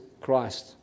Christ